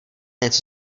něco